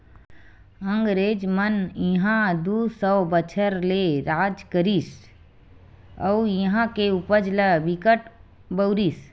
अंगरेज मन इहां दू सौ बछर ले राज करिस अउ इहां के उपज ल बिकट बउरिस